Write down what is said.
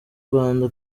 rwanda